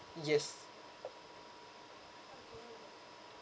yes